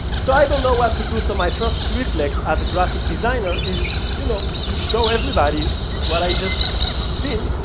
so i don't know what to do, so my first reflex, as a graphic designer, is, you know, to show everybody what i'd just seen,